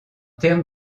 termes